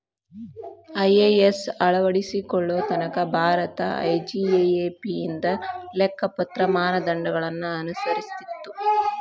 IAS ಅಳವಡಿಸಿಕೊಳ್ಳೊ ತನಕಾ Bharat IGAAP ಇಂದ ಲೆಕ್ಕಪತ್ರ ಮಾನದಂಡಗಳನ್ನ ಅನುಸರಿಸ್ತಿತ್ತು